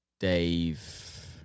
Dave